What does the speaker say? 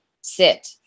sit